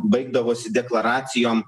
baigdavosi deklaracijom